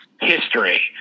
history